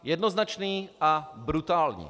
Jednoznačný a brutální.